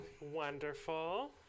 Wonderful